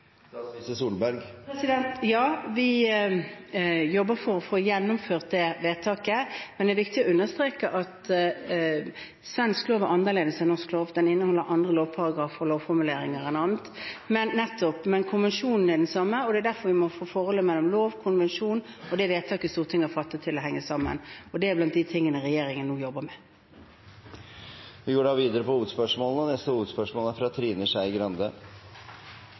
Ja, vi jobber for å få gjennomført det vedtaket, men det er viktig å understreke at svensk lov er annerledes enn norsk lov, den inneholder andre lovparagrafer og lovformuleringer. Konvensjonen er den samme. Nettopp, men konvensjonen er den samme, og det er derfor vi må få forholdet mellom loven, konvensjonen og det vedtaket Stortinget har fattet, til å henge sammen. Det er blant de tingene regjeringen nå jobber med. Vi går videre til neste hovedspørsmål. I går mottok regjeringa Likestillings- og